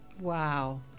Wow